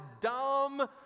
dumb